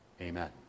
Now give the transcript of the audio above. Amen